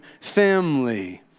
family